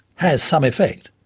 has some effect,